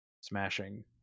smashing